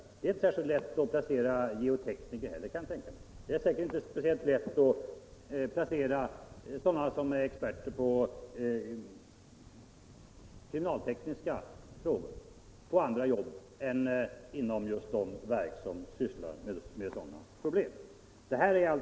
Jag kan tänka mig att det inte är så lätt att placera geotekniker heller, eller experter på kriminaltekniska frågor på andra jobb än inom just de verk som sysslar med sådana problem.